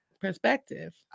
perspective